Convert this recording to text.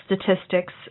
statistics